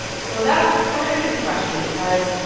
so that's kind of a tricky question because,